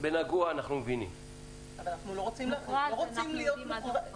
אנחנו לא רוצים להיות מוגבלים.